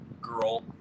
Girl